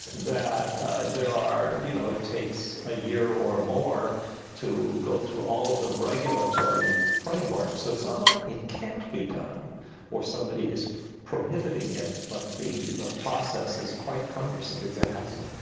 that there are you know, it takes a year or more to go through all of the regulatory framework. so it's not like it can't be done or somebody is prohibiting it, but the the process is quite cumbersome. salgo it's a hassle.